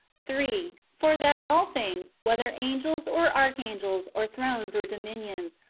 three. for that all things, whether angels, or archangels, or thrones, or dominions,